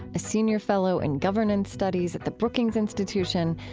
a senior fellow in governance studies at the brookings institution,